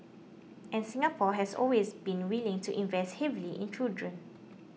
and Singapore has always been willing to invest heavily in children